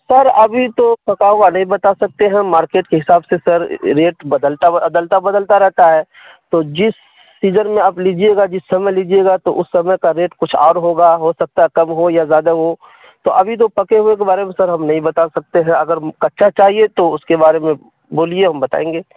سر ابھی تو پکا ہوا نہیں بتا سکتے ہیں مارکیٹ کے حساب سے سر ریٹ بدلتا ادلتا بدلتا رہتا ہے تو جس سیجن میں آپ لیجیے گا جس سمے لیجیے گا تو اس سمے کا ریٹ کچھ اور ہوگا ہو سکتا ہے کم ہو یا زیادہ ہو تو ابھی تو پکے ہوئے کے بارے میں سر ہم نہیں بتا سکتے ہیں اگر کچا چاہیے تو اس کے بارے میں بولیے ہم بتائیں گے